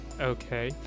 Okay